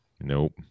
nope